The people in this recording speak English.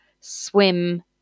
swim